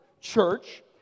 church